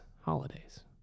holidays